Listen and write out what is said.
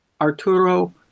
Arturo